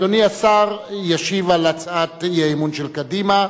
אדוני השר ישיב על הצעת אי-האמון של קדימה.